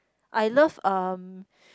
I love um